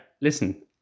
listen